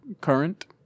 current